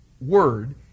Word